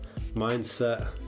mindset